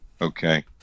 Okay